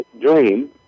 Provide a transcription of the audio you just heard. dream